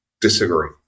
disagree